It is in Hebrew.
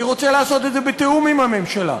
אני רוצה לעשות את זה בתיאום עם הממשלה,